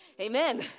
Amen